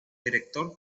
director